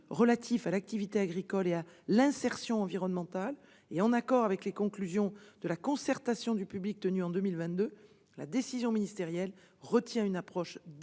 relatifs à l'activité agricole et à l'insertion environnementale, et en accord avec les conclusions de la concertation publique tenue en 2022, la décision ministérielle retient, sur cette